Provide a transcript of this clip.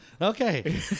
Okay